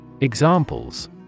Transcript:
Examples